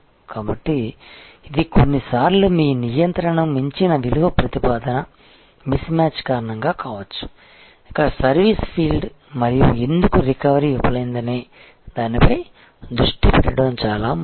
కాబట్టి ఇది కొన్నిసార్లు మీ నియంత్రణకు మించిన విలువ ప్రతిపాదన మిస్ మ్యాచ్ కారణంగా కావచ్చు ఇక్కడ సర్వీసు ఫీల్డ్ మరియు ఎందుకు రికవరీ విఫలమైందనే దానిపై దృష్టి పెట్టడం చాలా ముఖ్యం